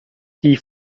die